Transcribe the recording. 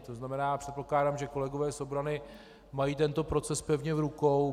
To znamená, předpokládám, že kolegové z obrany mají tento proces pevně v rukou.